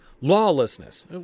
Lawlessness